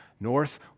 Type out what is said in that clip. north